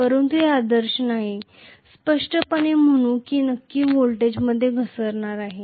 परंतु ते आदर्श नाही स्पष्टपणे म्हणून मी नक्की व्होल्टेजमध्ये घसरणार आहे